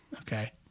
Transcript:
Okay